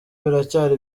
biracyari